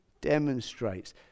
Demonstrates